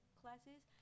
classes